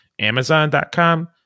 Amazon.com